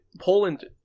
Poland